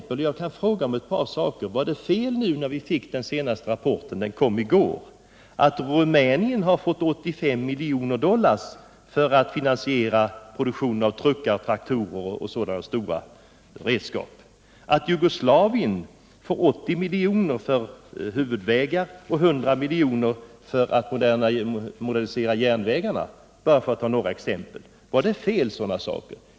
Men får jag fråga om det t.ex. är fel, som det står i den rapport som kom i går, att Rumänien har fått 85 miljoner dollar för att finansiera produktionen av truckar, traktorer och andra stora redskap, att Jugoslavien har fått 80 miljoner dollar för att bygga huvudvägar och 100 miljoner för att modernisera järnvägarna? Är det något fel i det?